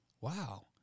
wow